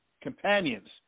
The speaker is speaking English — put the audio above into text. companions